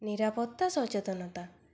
নিরাপত্তা সচেতনতা